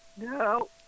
No